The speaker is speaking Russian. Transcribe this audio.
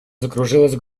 закружилась